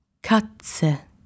Katze